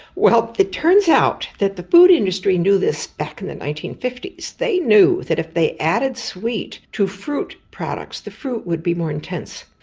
well, it turns out that the food industry knew this back in the nineteen fifty s, they knew that if they added sweet to fruit products, the fruit would be more intense.